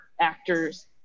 actors